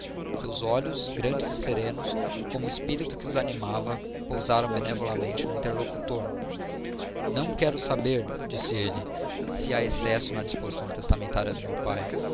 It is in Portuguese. seus olhos grandes e serenos como o espírito que os animava pousaram benevolamente no interlocutor não quero saber disse ele se há excesso na disposição testamentária de meu pai